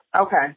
Okay